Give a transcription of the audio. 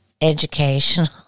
educational